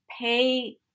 pay